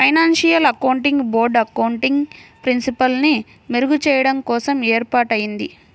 financial accounting board accounting ప్రిన్సిపల్స్ని మెరుగుచెయ్యడం కోసం ఏర్పాటయ్యింది